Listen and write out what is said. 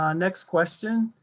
um next question.